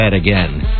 again